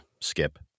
skip